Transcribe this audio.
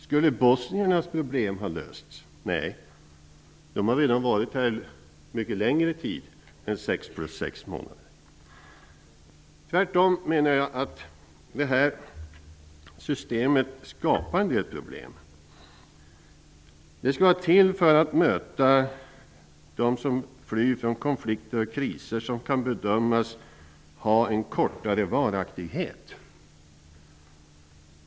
Skulle bosniernas problem kunna lösas? Nej, de har redan varit här en mycket längre tid än sex plus sex månader. Tvärtom menar jag att systemet skapar en del problem. Avsikten skulle vara att ta emot dem som flyr från konflikter och kriser, vilka kan bedömas ha en kortare varaktighet.